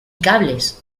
cables